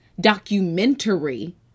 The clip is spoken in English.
documentary